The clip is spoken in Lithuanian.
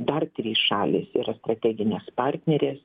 dar trys šalys yra strateginės partnerės